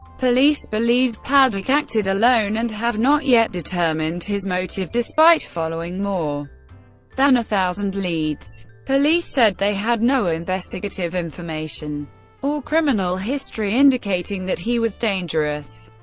police believe paddock acted alone and have not yet determined his motive, despite following more than a thousand leads. police said they had no investigative information or criminal history indicating that he was dangerous.